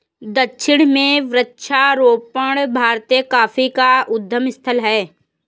दक्षिण में वृक्षारोपण भारतीय कॉफी का उद्गम स्थल है